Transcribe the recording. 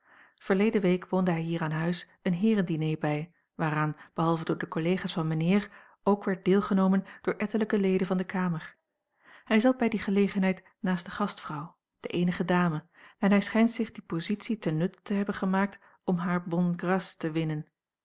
verleden week woonde hij hier aan huis een heeren diner bij waaraan behalve door de collega's van mijnheer ook werd deelgenomen door ettelijke leden van de kamer hij zat bij die gelegenheid naast de gastvrouw de eenige dame en hij schijnt zich die positie ten nutte te hebben gemaakt om hare bonnes grâces te winnen